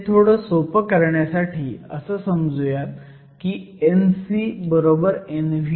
हे थोडं सोपं करण्यासाठी असं समजुयात की Nc Nv